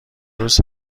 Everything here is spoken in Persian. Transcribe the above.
روز